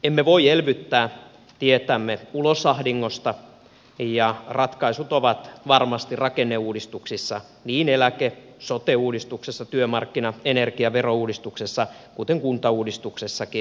emme voi elvyttää tietämme ulos ahdingosta ja ratkaisut ovat varmasti rakenneuudistuksissa niin eläke sote työmarkkina energiavero kuin kuntauudistuksessakin